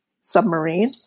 Submarine